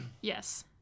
Yes